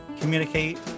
communicate